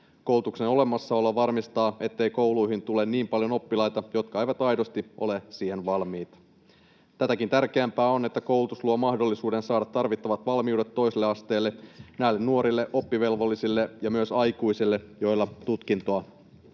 Koulutuksen olemassaolo varmistaa, ettei kouluihin tule niin paljon oppilaita, jotka eivät aidosti ole siihen valmiita. Tätäkin tärkeämpää on, että koulutus luo mahdollisuuden saada tarvittavat valmiudet toiselle asteelle näille nuorille oppivelvollisille ja myös aikuisille, joilla tutkintoa ei